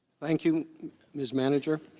thank you miss manager